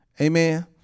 Amen